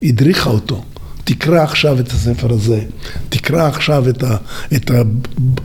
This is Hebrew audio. ‫הדריכה אותו, תקרא עכשיו את הספר הזה, ‫תקרא עכשיו את ה...